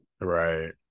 Right